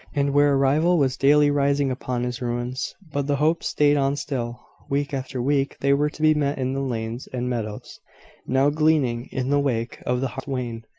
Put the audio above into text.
and where a rival was daily rising upon his ruins but the hopes staid on still. week after week they were to be met in the lanes and meadows now gleaning in the wake of the harvest-wain,